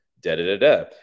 da-da-da-da